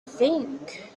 think